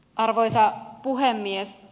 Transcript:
arvoisa puhemies